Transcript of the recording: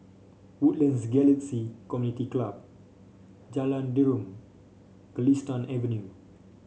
Woodlands Galaxy Community Club Jalan Derum Galistan Avenue